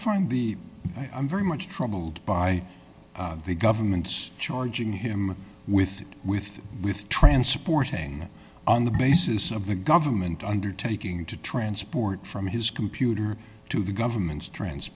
find the i'm very much troubled by the government's charging him with with with transporting it on the basis of the government undertaking to transport from his computer to the government's tr